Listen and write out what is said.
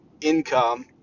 income